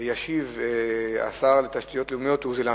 ספורות מיישובים באזור.